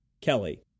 Kelly